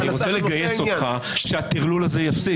אני רוצה לגייס אותך שהטרלול הזה יפסיק.